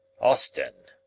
austin!